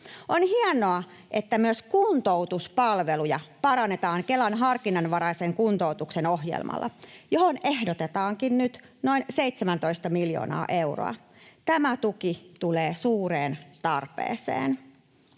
On hienoa, että myös kuntoutuspalveluja parannetaan Kelan harkinnanvaraisen kuntoutuksen ohjelmalla, johon ehdotetaankin nyt noin 17 miljoonaa euroa. Tämä tuki tulee suureen tarpeeseen.